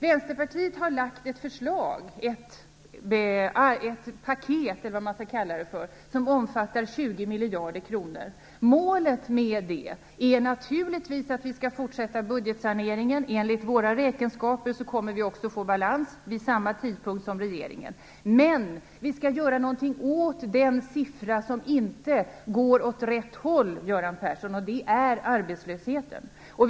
Vänsterpartiet har lagt fram förslag om ett paket som omfattar 20 miljarder kronor. Målet med det är naturligtvis att vi skall fortsätta budgetsaneringen. Enligt våra räkenskaper kommer vi också att få balans vid samma tidpunkt som regeringen. Men vi skall göra någonting åt den siffra som inte går åt rätt håll, Göran Persson, och det är arbetslöshetssiffran.